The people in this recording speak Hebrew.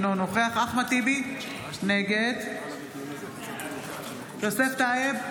אינו נוכח אחמד טיבי, נגד יוסף טייב,